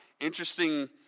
interesting